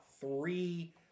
three